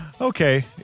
okay